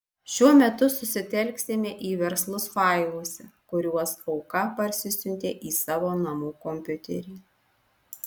šiuo metu susitelksime į verslus failuose kuriuos auka parsisiuntė į savo namų kompiuterį